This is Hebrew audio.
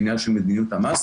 בעניין של מדיניות המס.